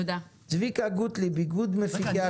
צביקה גוטליב, איגוד מפיקי קולנוע וטלוויזיה.